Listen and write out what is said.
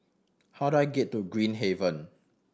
how do I get to Green Haven